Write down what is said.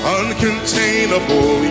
uncontainable